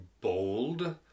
bold